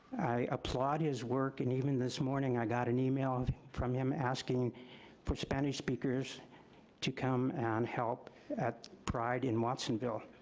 i applaud his work and even this morning i got an email from him asking for spanish speakers to come on help at pride in watsonville.